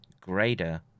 greater